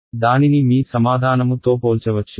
దానిని మీ సమాధానము తో పోల్చవచ్చు